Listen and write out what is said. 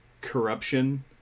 corruption